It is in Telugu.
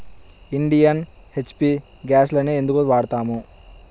ఇండియన్, హెచ్.పీ గ్యాస్లనే ఎందుకు వాడతాము?